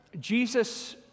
Jesus